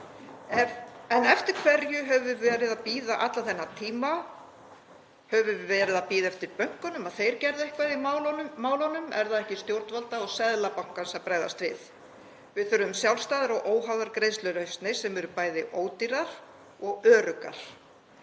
En eftir hverju höfum við verið að bíða allan þennan tíma? Höfum við verið að bíða eftir bönkunum, að þeir geri eitthvað í málunum? Er það ekki stjórnvalda og Seðlabankans að bregðast við? Við þurfum sjálfstæðar og óháðar greiðslulausnir sem eru bæði ódýrar og öruggar.